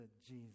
Jesus